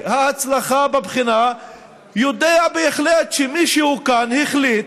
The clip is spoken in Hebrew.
ההצלחה בבחינה יודע בהחלט שמישהו כאן החליט,